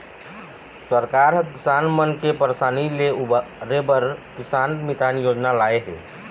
सरकार ह किसान मन के परसानी ले उबारे बर किसान मितान योजना लाए हे